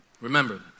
Remember